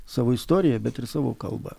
savo istoriją bet ir savo kalbą